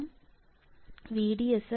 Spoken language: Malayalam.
ഒപ്പം VDS VGS VT